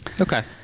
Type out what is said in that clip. Okay